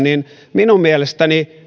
minun mielestäni